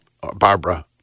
Barbara